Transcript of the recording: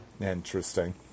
Interesting